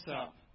up